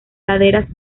laderas